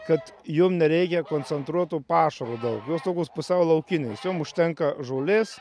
kad jom nereikia koncentruoto pašaro daug jos tokios pusiau laukinės jom užtenka žolės